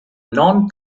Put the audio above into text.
non